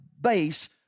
base